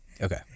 Okay